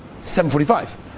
7.45